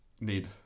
need